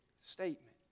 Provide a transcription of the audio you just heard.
statement